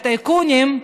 לטייקונים,